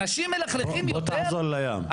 אנשים מלכלכים יותר --- בוא תחזור לים,